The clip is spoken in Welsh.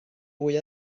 mwy